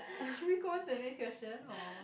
should we go on to the next question or